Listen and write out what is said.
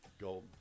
go